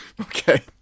Okay